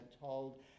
told